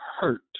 hurt